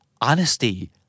honesty